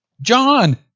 John